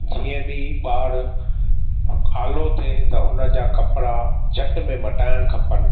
जीअं बि ॿारु आलो थिए त हुनजा कपिड़ा झटि में मटाइण खपनि